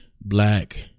black